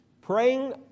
Praying